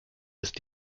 ist